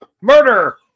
Murder